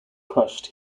crushed